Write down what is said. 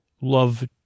love